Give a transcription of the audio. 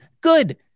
Good